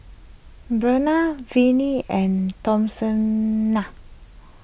Breana Vinnie and Thomasina